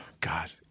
God